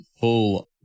full